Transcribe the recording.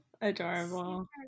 Adorable